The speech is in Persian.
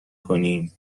کنیم